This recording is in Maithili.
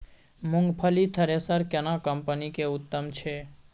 मूंगफली थ्रेसर केना कम्पनी के उत्तम छै?